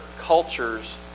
cultures